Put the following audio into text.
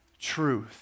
truth